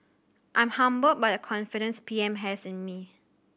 I'm humbled by the confidence P M has in me